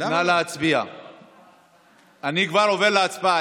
אני כבר עובר להצבעה.